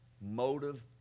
motive